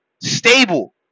stable